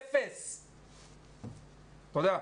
תודה.